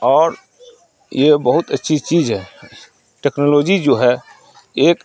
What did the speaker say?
اور یہ بہت اچھی چیز ہے ٹیکنالوجی جو ہے ایک